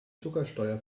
zuckersteuer